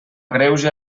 greuge